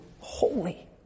holy